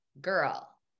girl